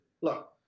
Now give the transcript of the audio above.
look